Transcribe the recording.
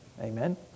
Amen